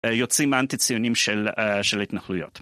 יוצאים מהאנטי ציונים של התנחלויות.